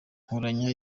nkoranya